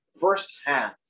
firsthand